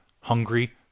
hungry